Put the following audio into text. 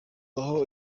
aho